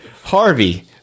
Harvey